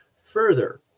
Further